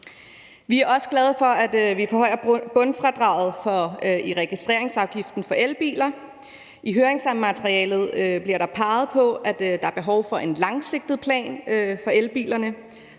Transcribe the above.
Vi er også glade for, at vi forhøjer bundfradraget for registreringsafgiften på elbiler. I høringsmaterialet bliver der peget på, at der er behov for en langsigtet plan for elbilerne,